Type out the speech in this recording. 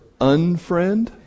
unfriend